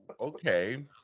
Okay